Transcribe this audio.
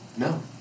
No